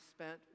spent